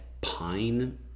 pine